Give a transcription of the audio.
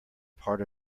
part